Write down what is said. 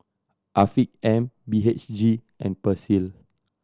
Afiq M B H G and Persil